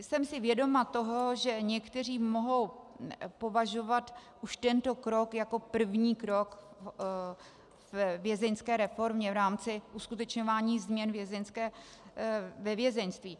Jsem si vědoma toho, že někteří mohou považovat už tento krok jako první krok ve vězeňské reformě v rámci uskutečňování změn ve vězeňství.